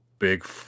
big